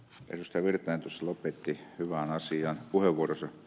erkki virtanen tuossa lopetti hyvään asiaan puheenvuoronsa